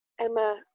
Emma